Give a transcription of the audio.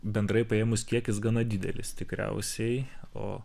bendrai paėmus kiekis gana didelis tikriausiai o